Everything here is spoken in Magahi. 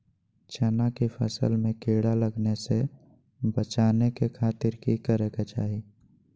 चना की फसल में कीड़ा लगने से बचाने के खातिर की करे के चाही?